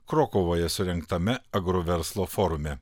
krokuvoje surengtame agro verslo forume